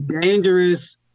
dangerous